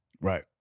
Right